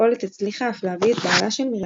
אולט הצליחה אף להביא את בעלה של מרים